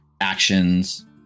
actions